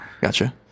gotcha